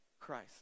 Christ